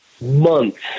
months